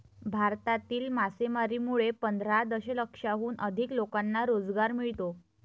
भारतातील मासेमारीमुळे पंधरा दशलक्षाहून अधिक लोकांना रोजगार मिळतो